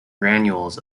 granules